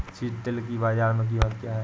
सिल्ड्राल की बाजार में कीमत क्या है?